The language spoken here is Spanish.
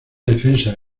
defensa